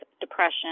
depression